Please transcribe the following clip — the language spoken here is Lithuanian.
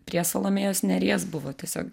prie salomėjos nėries buvo tiesiog